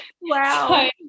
Wow